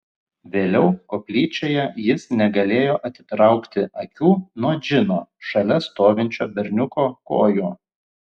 vėliau koplyčioje jis negalėjo atitraukti akių nuo džino šalia stovinčio berniuko kojų